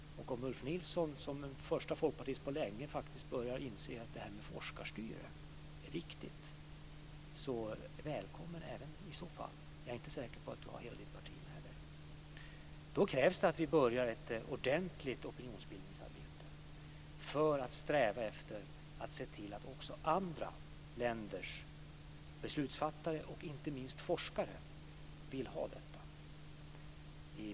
Och om Ulf Nilsson som en första folkpartist på länge faktiskt börjar inse att forskarstyre är viktigt så är han i så fall välkommen. Men jag är inte säker på att han har hela sitt parti med sig. Då krävs det att vi börjar ett ordentligt opinionsbildningsarbete för att sträva efter att också andra länders beslutsfattare och inte minst forskare vill ha detta.